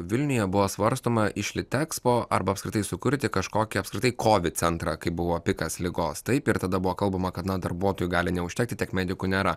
vilniuje buvo svarstoma iš litexpo arba apskritai sukurti kažkokį apskritai covid centrą kaip buvo pikas ligos taip ir tada buvo kalbama kad na darbuotojų gali neužtekti tiek medikų nėra